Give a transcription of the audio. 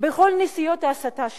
בכל נסיעות ההסתה שלך,